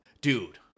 Dude